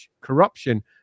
corruption